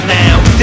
now